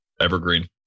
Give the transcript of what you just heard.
Evergreen